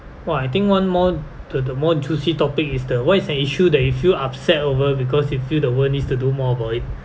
!wah! I think one more to the more juicy topic is the what is an issue that you feel upset over because you feel the world needs to do more about it